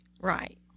Right